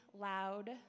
loud